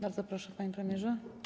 Bardzo proszę, panie premierze.